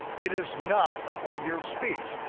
it is not a figure of speech,